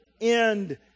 end